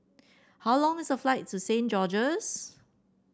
how long is the flight to Saint George's